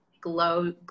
glow